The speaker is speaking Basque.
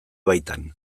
baitan